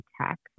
tech